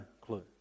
clue